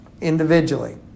individually